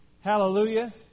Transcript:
Hallelujah